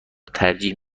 ترجیح